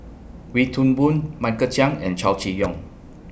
Wee Toon Boon Michael Chiang and Chow Chee Yong